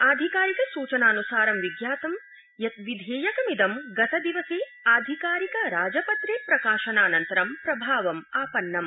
आधिकारिक सूचनानुसारि विज्ञातं यत् विधेयकमिदं गतदिवसे आधाकारिक राजपत्रे प्रकाशनानन्तरं प्रभावमापन्नम्